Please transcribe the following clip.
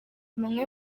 bamwe